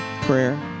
prayer